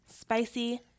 spicy